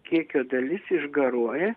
kiekio dalis išgaruoja